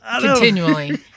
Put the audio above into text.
continually